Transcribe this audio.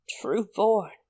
true-born